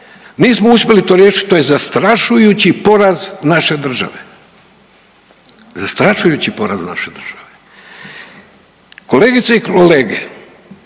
nismo uspjeli to riješiti, to je zastrašujući poraz naše države. Zastrašujući poraz naše države. Kolegice i kolege,